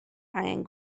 angen